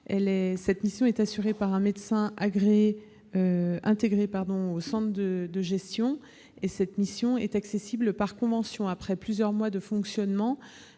des agents. Assurée par un médecin agréé intégré au centre de gestion, cette mission est accessible par convention. Après plusieurs mois de fonctionnement,